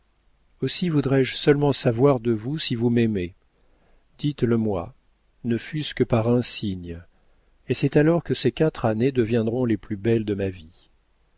aussi voudrais-je seulement savoir de vous si vous m'aimez dites-le-moi ne fût-ce que par un signe et c'est alors que ces quatre années deviendront les plus belles de ma vie